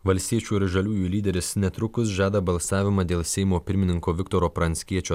valstiečių ir žaliųjų lyderis netrukus žada balsavimą dėl seimo pirmininko viktoro pranckiečio